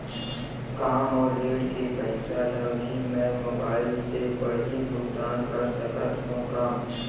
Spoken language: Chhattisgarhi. का मोर ऋण के पइसा ल भी मैं मोबाइल से पड़ही भुगतान कर सकत हो का?